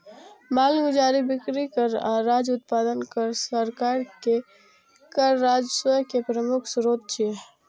मालगुजारी, बिक्री कर आ राज्य उत्पादन कर सरकार के कर राजस्व के प्रमुख स्रोत छियै